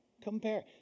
Compare